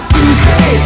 Tuesday